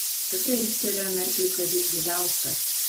piktai riktelėjo merkiui kazys bizauskas